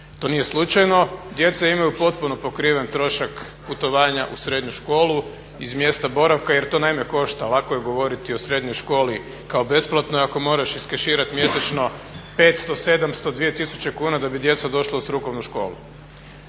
to nije slučajno, djeca imaju potpuno pokriven trošak putovanja u srednju školu iz mjesta boravka jer to naime košta, lako je govoriti o srednjoj školi kao besplatnoj ako moraš iskeširati mjesečno 500, 700, 2000 kuna da bi djeca došla u strukovnu školu.